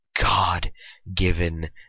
God-given